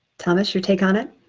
thomas your take on it?